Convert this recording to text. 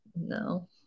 No